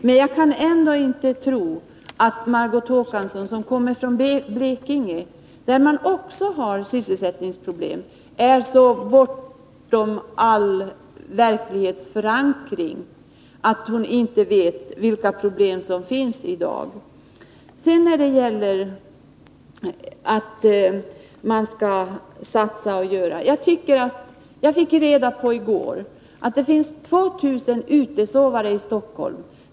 Men jag kan ändå inte tro att Margot Håkansson, som kommer från Blekinge, där man också har sysselsättningsproblem, är så bortom all verklighetsförankring att hon inte vet vilka problem som i dag finns. Sedan sades det att man skall satsa. Jag fick i går reda på att det finns 2 000 utesovare i Stockholm.